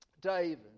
David